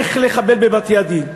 איך לחבל בבתי-הדין.